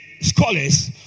scholars